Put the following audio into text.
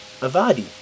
Avadi